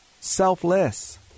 selfless